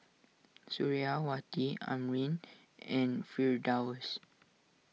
Suriawati Amrin and Firdaus